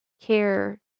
care